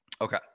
Okay